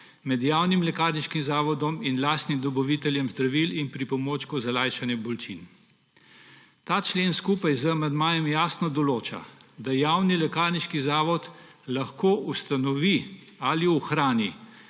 med javnim lekarniškim zavodom in lastnim dobaviteljem zdravil in pripomočkov za lajšanje bolečin. Ta člen skupaj z amandmajem jasno določa, da javni lekarniški zavod lahko ustanovi ali ohrani